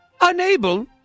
Unable